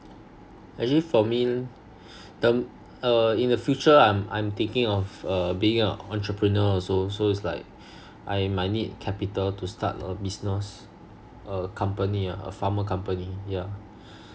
actually for me the uh in the future I'm I'm thinking of uh being a entrepreneur also so it's like I might need capital to start a business a company lah a pharma company yeah